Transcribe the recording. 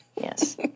yes